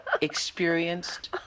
experienced